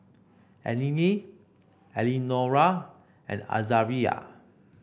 Eleni Eleonora and Azaria